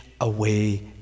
away